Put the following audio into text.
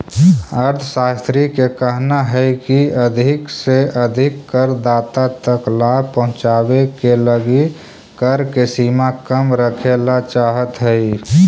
अर्थशास्त्रि के कहना हई की अधिक से अधिक करदाता तक लाभ पहुंचावे के लगी कर के सीमा कम रखेला चाहत हई